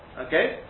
Okay